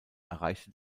erreichte